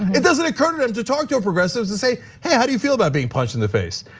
it doesn't occur to them to talk to a progressives and say, hey, how do you feel about being punched in the face?